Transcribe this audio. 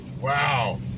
wow